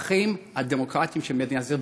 בערכים הדמוקרטיים של מדינת ישראל,